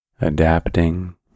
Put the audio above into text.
adapting